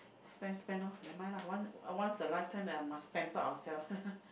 spend spend lor nevermind lah once once a lifetime then I must pamper ourselves